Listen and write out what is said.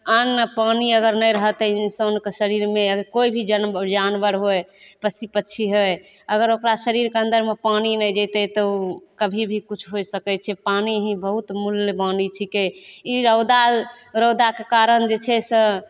अन्न पानि अगर नहि रहतै इंसानके शरीरमे कोइ भी जन जानबर होइ पशु पक्षी होइ अगर ओकरा शरीरके अन्दरमे पानि नहि जेतै तऽ ओ कभी भी किछु हो सकै छै पानि ही बहुत मूल्यबान छिकै ई रौदा रौदाके कारण जे छै से